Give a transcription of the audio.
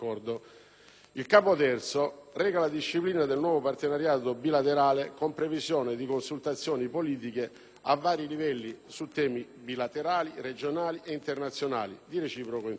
Il Capo III reca la disciplina del nuovo partenariato bilaterale con previsione di consultazioni politiche a vari livelli su temi bilaterali, regionali e internazionali, di reciproco interesse.